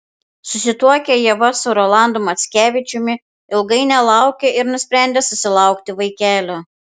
susituokę ieva su rolandu mackevičiumi ilgai nelaukė ir nusprendė susilaukti vaikelio